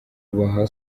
ubaha